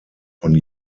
von